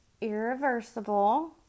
irreversible